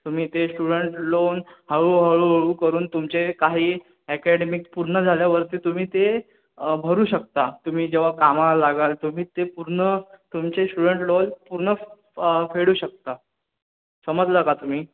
तुम्ही ते student loan हळूहळू हळू करून तुमचे काही एकॅडेमिक पूर्ण झाल्यावरती तुम्ही ते भरू शकता तुम्ही जेव्हा कामाला लागाल तुम्ही ते पूर्ण तुमचे स्टुडंट लोन पूर्ण फेडू शकता समजलं का तुम्ही